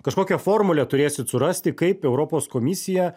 kažkokią formulę turėsit surasti kaip europos komisija